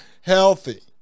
healthy